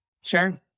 Sure